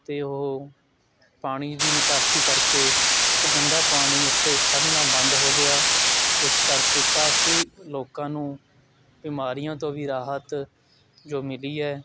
ਅਤੇ ਉਹ ਪਾਣੀ ਦੀ ਨਿਕਾਸੀ ਕਰਕੇ ਉਹ ਗੰਦਾ ਪਾਣੀ ਉੱਥੇ ਖੜ੍ਹਨਾ ਬੰਦ ਹੋ ਗਿਆ ਇਸ ਕਰਕੇ ਕਾਫੀ ਲੋਕਾਂ ਨੂੰ ਬਿਮਾਰੀਆਂ ਤੋਂ ਵੀ ਰਾਹਤ ਜੋ ਮਿਲੀ ਹੈ